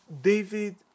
david